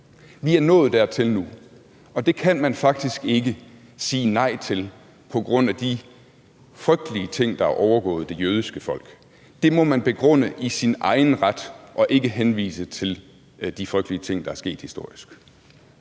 Vi er nået dertil nu, og det kan man faktisk ikke sige nej til på grund af de frygtelige ting, der er overgået det jødiske folk. Det må man begrunde i sin egen ret og ikke henvise til de frygtelige ting, der er sket historisk.